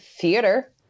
theater